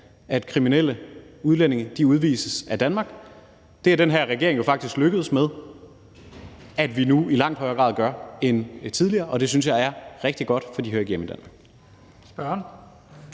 at kriminelle udlændinge udvises af Danmark, og den her regering er jo faktisk lykkedes med, at vi i langt højere grad end tidligere gør det, og det synes jeg er rigtig godt, for de hører ikke hjemme i Danmark.